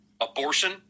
abortion